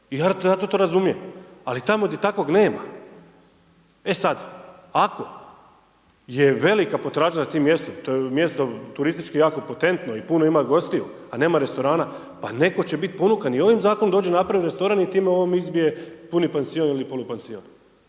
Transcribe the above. I ja to razumijem. Ali tamo gdje takvog nema, e sada ako je velika potražnja na tom mjestu, to je mjesto turistički jako potentno i puno ima gostiju, a nema restorana, pa netko će biti ponukan i ovim zakonom i dođe napravi restoran i time … /ne razumije se/ … puni pansion ili polupansion.